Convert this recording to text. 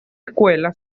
escuela